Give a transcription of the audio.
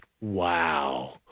wow